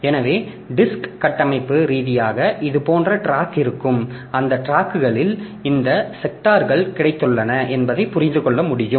எனவே டிஸ்க் கட்டமைப்பு ரீதியாக இதுபோன்ற டிராக் இருக்கும் அந்த டிராக்களில் இந்த செக்டார்கள் கிடைத்துள்ளன என்பதை புரிந்து கொள்ள முடியும்